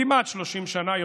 כמעט 30 שנה,